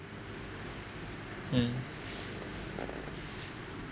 mm